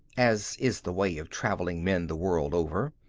as is the way of traveling men the world over.